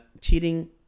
cheating